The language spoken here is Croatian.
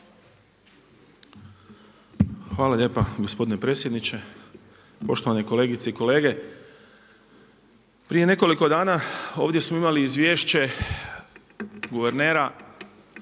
Hvala lijepa gospodine predsjedniče, poštovane kolegice i kolege. Prije nekoliko dana ovdje smo imali izvješće guvernera